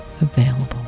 available